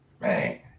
man